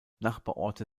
nachbarorte